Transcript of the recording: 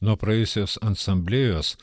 nuo praėjusios asamblėjos